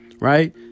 right